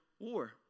war